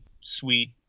sweet